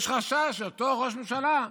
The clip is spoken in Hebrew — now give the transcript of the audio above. יש חשש שאותו ראש ממשלה,